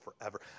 forever